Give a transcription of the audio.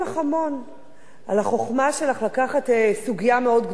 על החוכמה שלך לקחת סוגיה מאוד גדולה ורחבה,